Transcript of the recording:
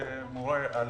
שמורה על